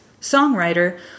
songwriter